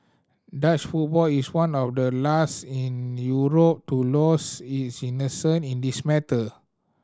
Dutch football is one of the last in Europe to lose its innocence in this matter